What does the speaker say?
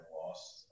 lost